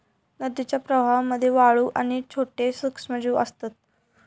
नदीच्या प्रवाहामध्ये वाळू आणि छोटे सूक्ष्मजीव असतत